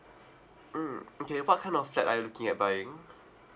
mm okay what kind of flat are you looking at buying